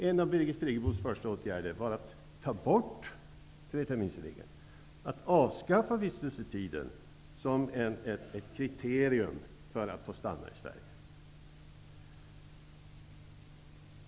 En av Birgit Friggebos första åtgärder var att ta bort treterminsregeln, att avskaffa vistelsetiden som ett kriterium för att få stanna i Sverige.